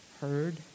heard